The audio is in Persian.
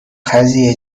قضیه